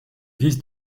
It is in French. vis